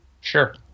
Sure